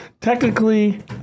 Technically